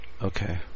Okay